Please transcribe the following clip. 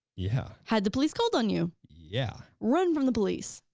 yeah. had the police called on you? yeah. run from the police?